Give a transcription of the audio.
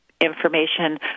information